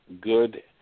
good